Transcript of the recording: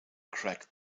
crack